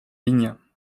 ligne